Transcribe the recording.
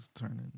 turning